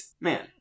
man